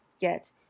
get